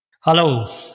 Hello